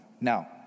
Now